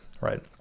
right